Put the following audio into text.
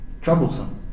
troublesome